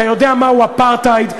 אתה יודע מהו אפרטהייד.